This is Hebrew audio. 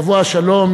יבוא השלום,